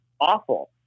awful